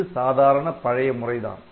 இது சாதாரண பழைய முறைதான்